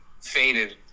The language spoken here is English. faded